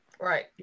right